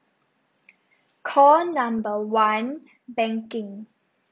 call number one banking